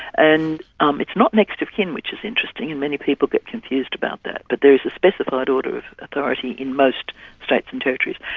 and um it's not next of kin, which is interesting, and many people get confused about that, but there is a specified order of authority in most states and territories.